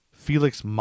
Felix